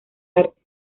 arte